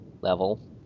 level